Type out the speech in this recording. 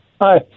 Hi